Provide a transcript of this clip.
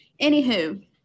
Anywho